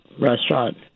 restaurant